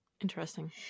Interesting